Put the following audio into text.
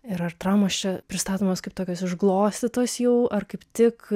ir ar traumos čia pristatomos kaip tokios užglostytos jau ar kaip tik